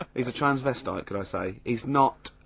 he's a transvestite, can i say. he's not,